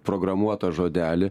programuotą žodelį